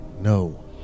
No